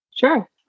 Sure